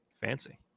Fancy